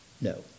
no